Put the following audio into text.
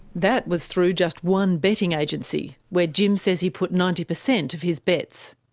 that was through just one betting agency, where jim says he put ninety percent of his bets.